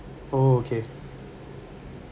oh okay